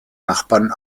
nachbarn